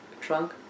Trunk